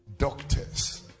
Doctors